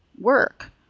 work